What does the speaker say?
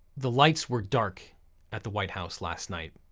the lights were dark at the white house last night.